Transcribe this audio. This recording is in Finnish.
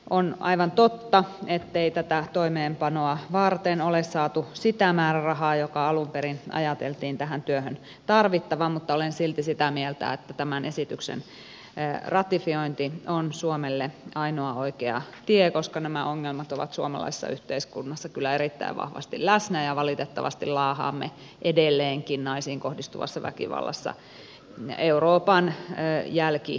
on aivan totta ettei tätä toimeenpanoa varten ole saatu sitä määrärahaa joka alun perin ajateltiin tähän työhön tarvittavan mutta olen silti sitä mieltä että tämän esityksen ratifiointi on suomelle ainoa oikea tie koska nämä ongelmat ovat suomalaisessa yhteiskunnassa kyllä erittäin vahvasti läsnä ja valitettavasti laahaamme edelleenkin naisiin kohdistuvassa väkivallassa euroopan jälkijunissa